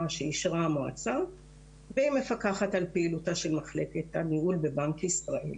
שאישרה המועצה ומפקחת על פעילותה של מחלקת הניהול בבנק ישראל.